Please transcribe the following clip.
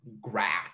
grass